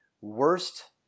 worst